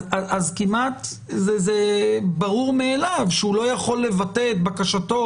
אז זה כמעט ברור מאליו שהוא לא יכול לבטא את בקשתו